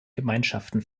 gemeinschaften